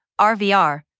RVR